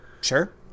Sure